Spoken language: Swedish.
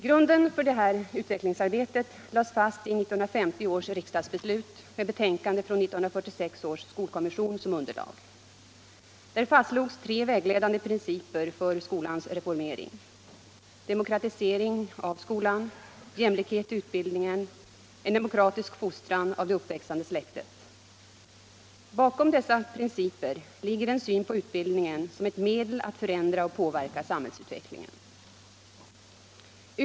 Grunden för detta utvecklingsarbete lades fast i 1950 års riksdagsbeslut med betänkande från 1946 års skolkommission som underlag. Där fastslogs tre vägledande principer för skolans reformering: Demokratisering av skolan. Jämlikhet i utbildningen. En demokratisk fostran av det uppväxande släktet. Bakom dessa principer ligger en syn på utbildningen som ett medel att förändra och påverka samhällsutvecklingen.